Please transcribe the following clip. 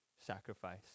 sacrifice